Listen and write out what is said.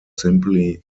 simply